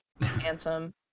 Handsome